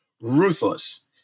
ruthless